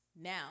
Now